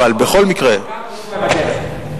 אבל בכל מקרה, גם אורוגוואי בדרך.